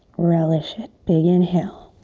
relish it, big inhale.